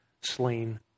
slain